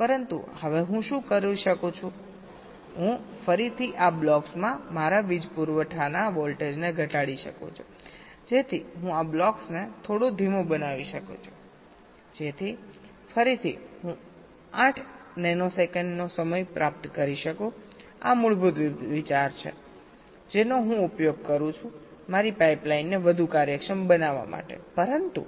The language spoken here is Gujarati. પરંતુ હવે હું શું કરી શકું છું હું ફરીથી આ બ્લોકમાં મારા વીજ પુરવઠાના વોલ્ટેજને ઘટાડી શકું છું જેથી હું આ બ્લોક્સને થોડો ધીમો બનાવી શકું જેથી ફરીથી હું 8 નેનો સેકન્ડનો સમય પ્રાપ્ત કરી શકું આ મૂળભૂત વિચાર છે રીટાઈમિંગ નો હું ઉપયોગ કરું છું મારી પાઇપલાઇન ને વધુ કાર્યક્ષમ બનાવવા માટે પરંતુ